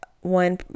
one